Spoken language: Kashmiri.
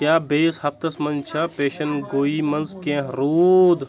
کیاہ بیٚیِس ہَفتس منٛز چھا پیشَن گویی منٛز کینٛہہ روٗد